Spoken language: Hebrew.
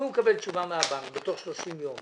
אם הוא מקבל תשובה מהבנק בתוך 30 יום